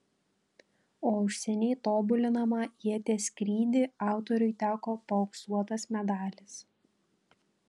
o už seniai tobulinamą ieties skrydį autoriui teko paauksuotas medalis